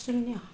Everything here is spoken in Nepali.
शून्य